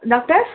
doctor